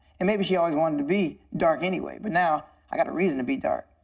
and maybe she always wanted to be dark anyway, but now i got a reason to be dark.